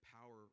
power